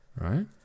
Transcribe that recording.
right